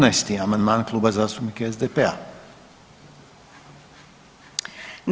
14. amandman Kluba zastupnika SDP-a.